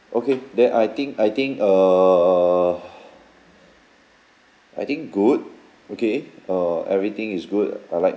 okay then I think I think err I think good okay uh everything is good I like